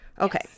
Okay